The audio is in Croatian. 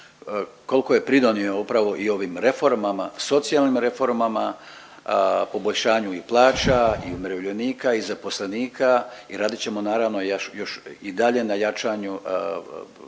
koliko je pridonio upravo i ovim reformama, socijalnim reformama, poboljšanju i plaća i umirovljenika i zaposlenika i radit ćemo naravno još i dalje na jačanju